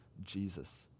Jesus